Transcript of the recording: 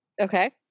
Okay